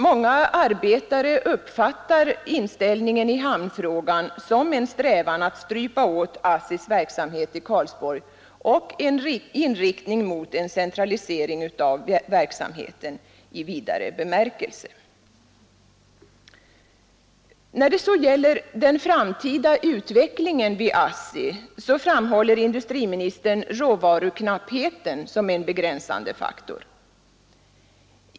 Många arbetare uppfattar inställningen i hamnfrågan som en strävan att strypa åt ASSI:s verksamhet i Karlsborg och en inriktning mot en centralisering av verksamheten i vidare bemärkelse. När det så gäller den framtida utvecklingen vid ASSI framhåller industriministern råvaruknappheten som en begränsande faktor.